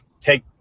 take